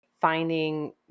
Finding